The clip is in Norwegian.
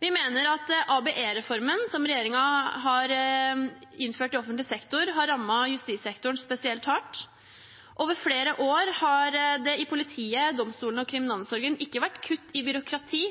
Vi mener ABE-reformen som regjeringen har innført i offentlig sektor, har rammet justissektoren spesielt hardt. Over flere år har det i politiet, domstolene og kriminalomsorgen ikke vært kutt i byråkrati,